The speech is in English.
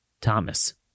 Thomas